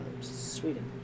Sweden